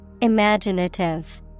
Imaginative